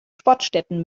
sportstätten